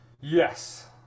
Yes